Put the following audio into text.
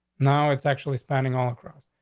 no, it's actually standing all across.